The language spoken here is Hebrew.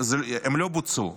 הם לא בוצעו.